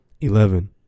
Eleven